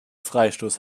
freistoß